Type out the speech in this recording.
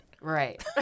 Right